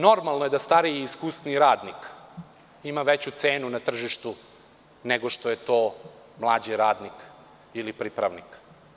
Normalno je da stariji i iskusniji radnik ima veću cenu na tržištu, nego što je to mlađi radnik ili pripravnik.